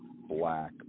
Black